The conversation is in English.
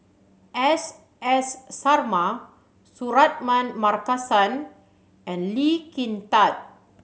S S Sarma Suratman Markasan and Lee Kin Tat